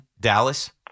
Dallas